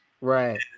Right